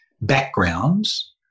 backgrounds